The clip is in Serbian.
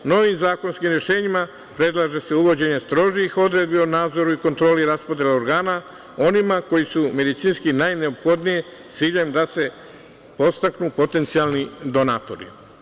Novim zakonskim rešenjima predlaže se uvođenje strožih odredbi o nadzoru i kontroli raspodele organa onima koji su medicinski najneophodniji sa ciljem da se podstaknu potencijalni donatori.